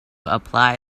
apply